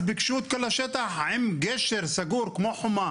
ביקשו את כל השטח עם גשר סגור כמו חובה,